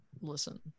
Listen